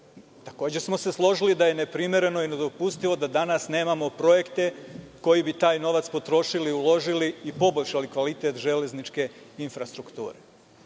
smo se složili da je neprimereno i nedopustivo da danas nemamo projekte koji bi taj novac potrošili i uložili i poboljšali kvalitet železničke infrastrukture. Ono